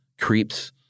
creeps